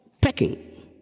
pecking